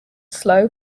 slow